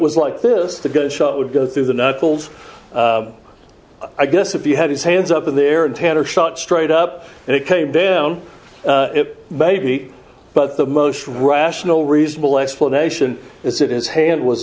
was like this the good shot would go through the knuckles i guess if you had his hands up in the air and tanner shot straight up and it came down it may be but the most rational reasonable explanation is that is hand was